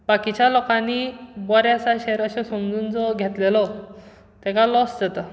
बाकीच्या लोकांनी बरे आसा शेयर अशें समजून जो घेतलेलो तेका लॉस जाता